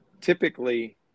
typically